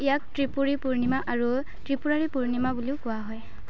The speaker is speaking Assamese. ইয়াক ত্ৰিপুৰী পূৰ্ণিমা আৰু ত্ৰিপুৰাৰী পূৰ্ণিমা বুলিও কোৱা হয়